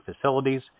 facilities